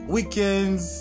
Weekends